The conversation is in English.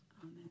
Amen